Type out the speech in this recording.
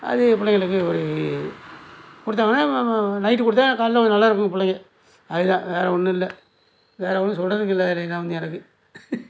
அது பிள்ளைங்களுக்கு ஒரு கொடுத்தாங்கன்னா நைட்டு கொடுத்தா காலைல கொஞ்சம் நல்லா இருக்கும் பிள்ளைங்க அதுதான் வேறு ஒன்றும் இல்லை வேறு ஒன்றும் சொல்லுறதுக்கு இல்லை எனக்கு